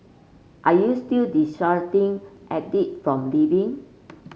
are you still dissuading Aide from leaving